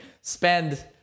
spend